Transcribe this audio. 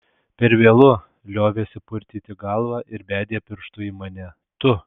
per vėlu liovėsi purtyti galvą ir bedė pirštu į mane tu